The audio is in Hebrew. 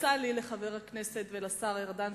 עצה לי לחבר הכנסת ולשר ארדן,